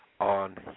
on